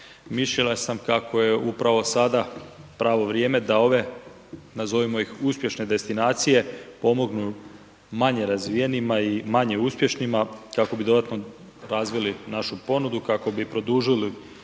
Mišljenja sam kako je upravo sada pravo vrijeme da ove, nazovimo ih uspješne destinacije pomognu manje razvijenima i manje uspješnima kako bi dodatno razvili našu ponudu i kako bi produžili